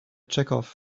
chekhov